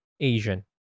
Asian